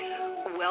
Welcome